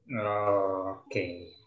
Okay